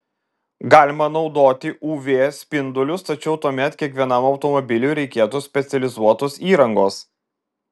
galima naudoti uv spindulius tačiau tuomet kiekvienam automobiliui reikėtų specializuotos įrangos